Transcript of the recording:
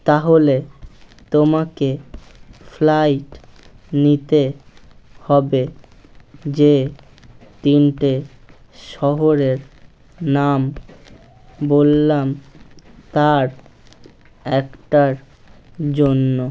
তাহলে তোমাকে ফ্লাইট নিতে হবে যে তিনটে শহরের নাম বললাম তার একটার জন্য